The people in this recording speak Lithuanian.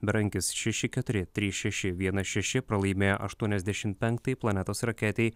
berankis šeši keturi trys šeši vienas šeši pralaimėjo aštuoniasdešim penktai planetos raketei